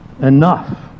enough